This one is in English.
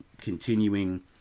continuing